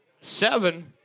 seven